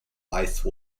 ice